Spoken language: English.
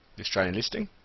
the australian listing,